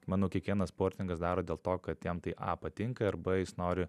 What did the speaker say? manau kiekvienas sportininkas daro dėl to kad jam tai a patinka ir b jis nori